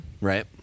right